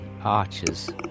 arches